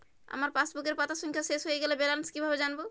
আমার পাসবুকের পাতা সংখ্যা শেষ হয়ে গেলে ব্যালেন্স কীভাবে জানব?